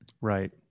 Right